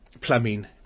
plumbing